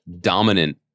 dominant